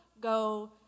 go